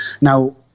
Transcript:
Now